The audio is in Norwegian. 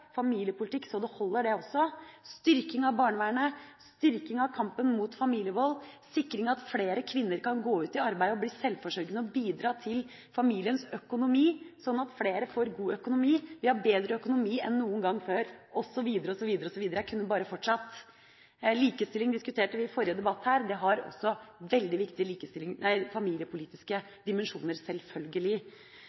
familiepolitikk så det holder, det også – styrking av barnevernet, styrking av kampen mot familievold, sikret at flere kvinner kan gå ut i arbeid og bli selvforsørgende og bidra til familiens økonomi, sånn at flere får god økonomi, og de har bedre økonomi enn noen gang før, osv., osv. Jeg kunne bare fortsatt. Likestilling diskuterte vi i forrige debatt her. Det har også veldig viktige familiepolitiske